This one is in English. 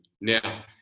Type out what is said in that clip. Now